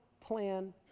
plan